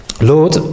Lord